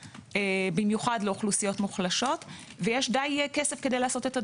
במיוחד לאוכלוסיות מוחלשות ויש די כסף לעשות את זה.